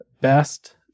best